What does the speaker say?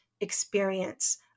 experience